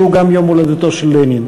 שהוא גם יום הולדתו של לנין.